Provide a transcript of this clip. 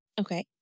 Okay